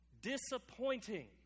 disappointing